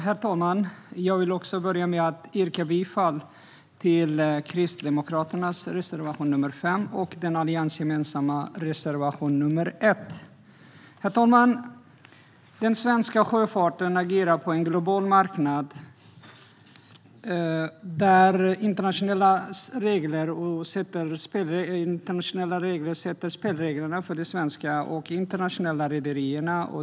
Herr talman! Jag vill börja med att yrka bifall till reservation 5 från Kristdemokraterna och till reservation 1 från allianspartierna. Herr talman! Den svenska sjöfarten agerar på en global marknad, där internationella regler sätter spelreglerna för de svenska och internationella rederierna.